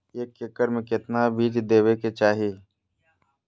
एक एकड़ मे केतना बीज देवे के चाहि?